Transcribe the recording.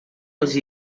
els